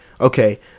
okay